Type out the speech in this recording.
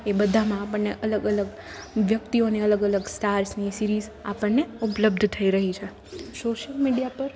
એ બધામાં આપણને અલગ અલગ વ્યક્તિઓને અલગ અલગ સ્ટાર્સની સીરિઝ આપણને ઉપલબ્ધ થઈ રહી છે સોસલ મીડિયા પર